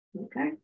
okay